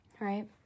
right